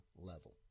level